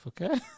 Okay